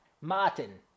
Martin